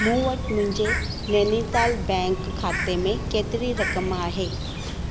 मूं वटि मुंहिंजे नैनीताल बैंक खाते में केतिरी रक़म आहे